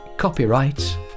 Copyright